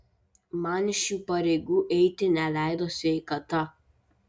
man šių pareigų eiti neleido sveikata